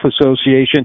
Association